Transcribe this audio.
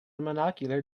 monocular